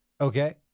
Okay